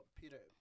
peter